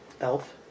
Elf